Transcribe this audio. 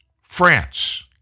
France